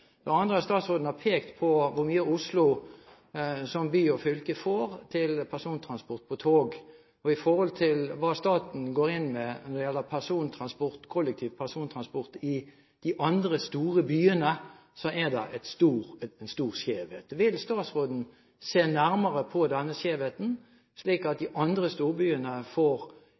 Det andre er: Statsråden har pekt på hvor mye Oslo som by og fylke får til persontransport på tog. I forhold til hva staten går inn med når det gjelder kollektiv persontransport i de andre store byene, er det en stor skjevhet. Vil statsråden se nærmere på denne skjevheten, slik at de andre storbyene får